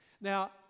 Now